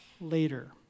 later